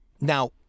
Now